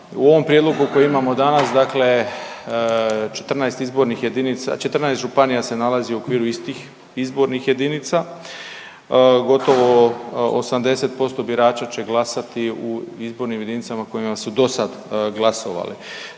U ovom prijedlogu koji imamo danas dakle 14 izbornih jedinica, 14 županija se nalazi u okviru istih izbornih jedinica. Gotovo 80% birača će glasati u izbornim jedinicama u kojima su dosad glasovali.